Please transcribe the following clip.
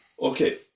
Okay